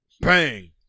Bang